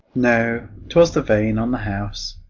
no twas the vane on the house.